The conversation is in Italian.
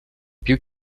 più